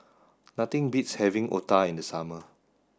nothing beats having Otah in the summer